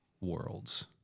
worlds